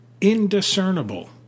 indiscernible